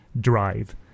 drive